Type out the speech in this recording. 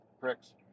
pricks